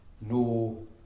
no